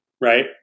right